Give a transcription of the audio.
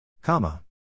Comma